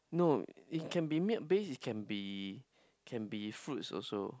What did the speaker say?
no it can be milk based can be can be fruits also